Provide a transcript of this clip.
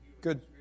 Good